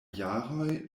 jaroj